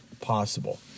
possible